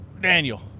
Daniel